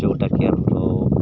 ଯେଉଁଟାକି ଆମର